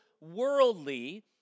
worldly